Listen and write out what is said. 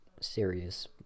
serious